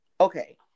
Okay